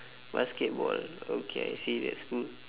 basketball okay serious oo